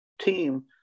team